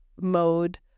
mode